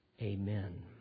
Amen